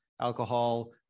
alcohol